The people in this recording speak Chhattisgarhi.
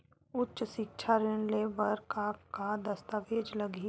उच्च सिक्छा ऋण ले बर का का दस्तावेज लगही?